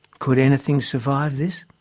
could anything survive this?